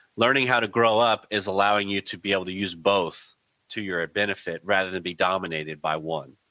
learning how to grow up is allowing you to be able to use both to your benefit rather than be dominated by one,